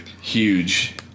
huge